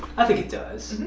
i think it does.